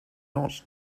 not